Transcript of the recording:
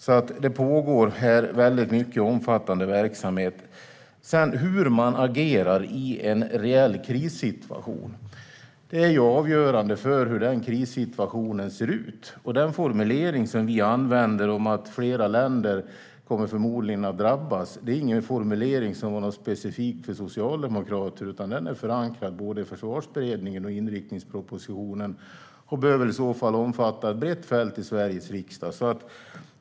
Så det pågår här mycket omfattande verksamheter. Hur man sedan agerar i en reell krissituation avgörs av hur krissituationen ser ut. Den formulering som vi använder, att flera länder förmodligen kommer att drabbas, är ingen formulering som är specifik för socialdemokrater, utan den är förankrad i både Försvarsberedningen och inriktningspropositionen och behöver omfatta ett brett fält i Sveriges riksdag.